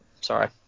sorry